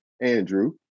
Andrew